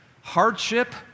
Hardship